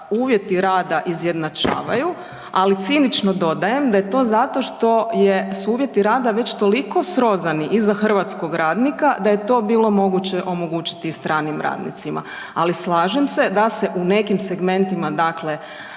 uvjeti rada izjednačavaju, ali cinično dodajem da je to zato što su uvjeti rada već toliko srozani i za hrvatskog radnika da je to bilo moguće omogućiti i stranim radnicima. Ali slažem se da se u nekim segmentima dakle